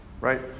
right